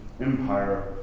Empire